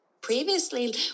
previously